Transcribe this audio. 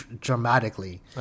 dramatically